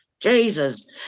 Jesus